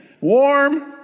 warm